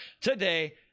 Today